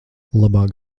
labāk